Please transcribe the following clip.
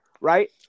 right